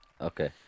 okay